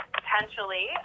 potentially